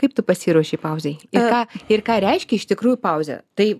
kaip tu pasiruošei pauzei į ką ir ką reiškia iš tikrųjų pauzė tai